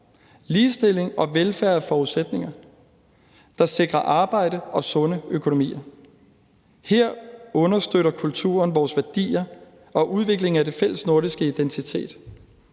Ligestilling og velfærd er forudsætninger, der sikrer arbejde og sunde økonomier. Her understøtter kulturen vores værdier og udvikling af den fælles nordiske identitet.